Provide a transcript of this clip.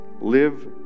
Live